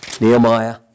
Nehemiah